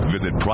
Visit